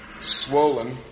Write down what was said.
swollen